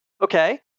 Okay